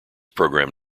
programme